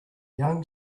young